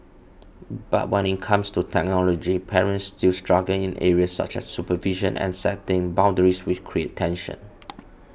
but when it comes to technology parents still struggle in areas such as supervision and setting boundaries which creates tension